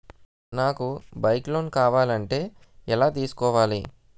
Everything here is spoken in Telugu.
నాకు బైక్ లోన్ కావాలంటే ఎలా తీసుకోవాలి?